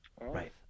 Right